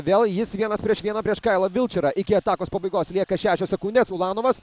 vėl jis vienas prieš vieną prieš kailą vilčerą iki atakos pabaigos lieka šešios sekundės ulanovas